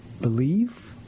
believe